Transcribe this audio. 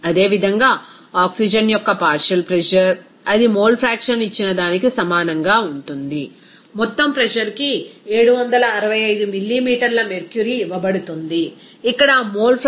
అదేవిధంగా ఆక్సిజన్ యొక్క partial pressure అది మోల్ ఫ్రాక్షన్ ఇచ్చిన దానికి సమానంగా ఉంటుంది మొత్తం ప్రెజర్ కి 765 మిల్లీమీటర్ల మెర్క్యురీ ఇవ్వబడుతుంది ఇక్కడ ఆ మోల్ ఫ్రాక్షన్ అంటే 0